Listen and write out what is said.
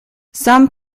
some